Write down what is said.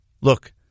look